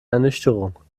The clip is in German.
ernüchterung